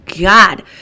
god